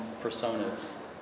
personas